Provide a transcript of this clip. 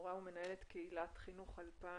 מורה ומנהלת קהילת חינוך 2020,